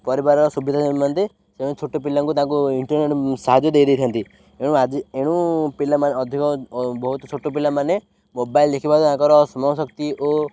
ପରିବାରର ସୁବିଧା ଛୋଟ ପିଲାଙ୍କୁ ତାଙ୍କୁ ଇଣ୍ଟରନେଟ୍ ସାହାଯ୍ୟ ଦେଇ ଦେଇଥାନ୍ତି ଏଣୁ ଆଜି ଏଣୁ ପିଲାମାନେ ଅଧିକ ବହୁତ ଛୋଟ ପିଲାମାନେ ମୋବାଇଲ ଦେଖିବା ତାଙ୍କର ସ୍ମରଣ ଶକ୍ତି ଓ